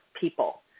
people